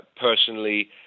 personally